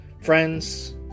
friends